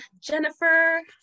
Jennifer